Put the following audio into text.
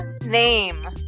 name